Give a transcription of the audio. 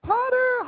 Potter